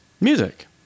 music